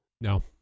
no